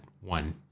one